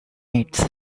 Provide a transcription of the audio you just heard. mates